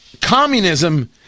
communism